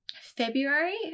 February